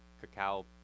Cacao